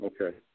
okay